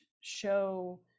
show